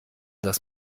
das